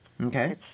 Okay